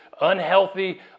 unhealthy